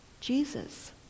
Jesus